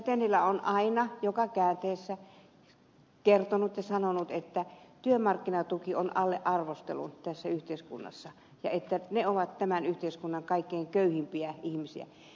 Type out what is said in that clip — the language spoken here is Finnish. tennilä on aina joka käänteessä kertonut ja sanonut että työmarkkinatuki on alle arvostelun tässä yhteiskunnassa ja että työmarkkinatuen saajat ovat tämän yhteiskunnan kaikkein köyhimpiä ihmisiä